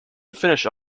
finished